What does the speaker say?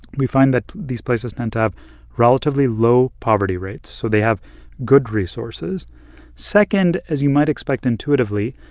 we find that these places tend to have relatively low poverty rates. so they have good resources second, as you might expect intuitively,